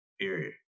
Period